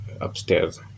upstairs